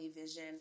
Vision